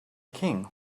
king